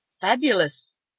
fabulous